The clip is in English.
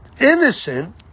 innocent